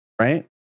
right